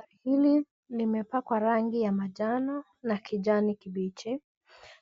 Basi hili limepakwa rangi ya manjano na kijani kibichi.